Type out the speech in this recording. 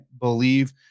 believe